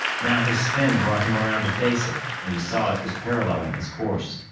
now his spin brought him around to face it, and he saw it was parallelling his course.